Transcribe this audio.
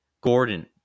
Gordon